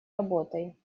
работой